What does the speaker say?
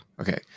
Okay